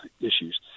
issues